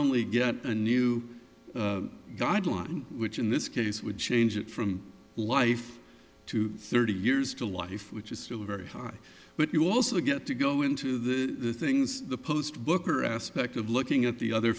only get a new guideline which in this case would change it from life to thirty years to life which is still very high but you also get to go into the things the post booker aspect of looking at the other